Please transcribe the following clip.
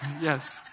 yes